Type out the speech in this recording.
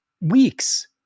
weeks